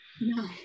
No